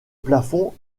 plafond